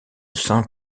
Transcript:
saint